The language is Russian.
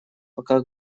пока